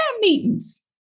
meetings